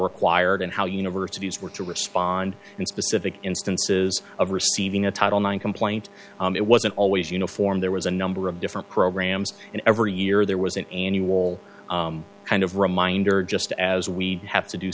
required and how universities were to respond in specific instances of receiving a title one complaint it wasn't always uniform there was a number of different programs and every year there was an annual kind of reminder just as we have to do